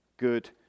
good